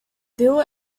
bill